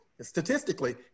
statistically